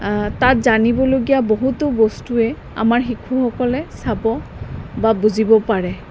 তাত জানিবলগীয়া বহুতো বস্তুৱে আমাৰ শিশুসকলে চাব বা বুজিব পাৰে